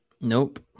Nope